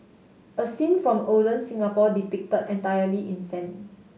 a scene from olden Singapore depicted entirely in sand